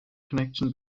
connection